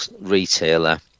retailer